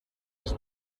his